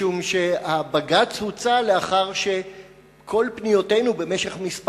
משום שהבג"ץ הוצא לאחר שכל פניותינו במשך כמה